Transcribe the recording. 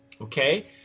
okay